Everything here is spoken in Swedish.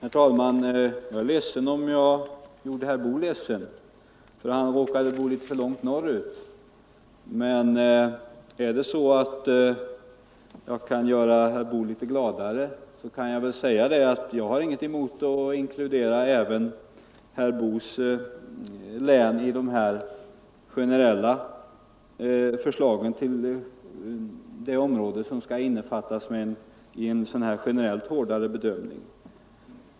Herr talman! Jag är ledsen om jag gjorde herr Boo, som råkar bo litet längre norr ut, ledsen. Men om jag kan göra herr Boo litet gladare med det beskedet, kan jag säga att jag inte har något emot att inkludera även herr Boos hemlän i förslaget till det området som generellt skall omfattas av en hårdare bedömning.